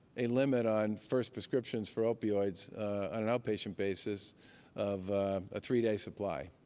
a limit on first prescriptions for opioids on an outpatient basis of a three-day supply.